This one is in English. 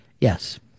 Yes